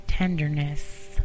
tenderness